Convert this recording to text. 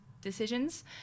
decisions